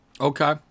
Okay